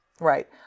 right